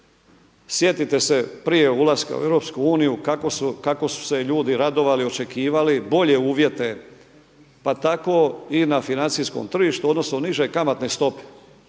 Sjetite se prije ulaska u Europsku uniju kako su se ljudi radovali, očekivali bolje uvjete, pa tako i na financijskom tržištu, odnosno po nižoj kamatnoj stopi.